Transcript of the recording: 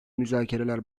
müzakereler